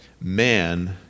Man